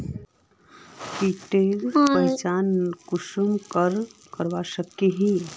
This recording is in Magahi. कीटेर पहचान कुंसम करे करवा सको ही?